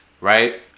right